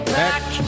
back